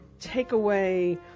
takeaway